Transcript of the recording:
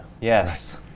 yes